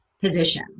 position